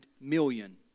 million